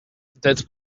that